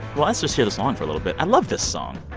well, let's just hear the song for a little bit. i love this song